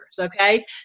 okay